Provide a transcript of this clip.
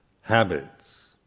habits